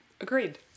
Agreed